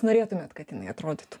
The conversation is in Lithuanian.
norėtumėt kad jinai atrodytų